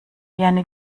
gerne